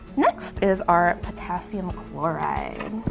next is our potassium chloride.